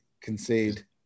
concede